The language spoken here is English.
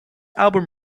album